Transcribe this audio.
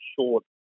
short